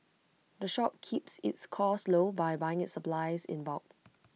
the shop keeps its costs low by buying its supplies in bulk